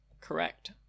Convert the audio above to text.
Correct